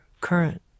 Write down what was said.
current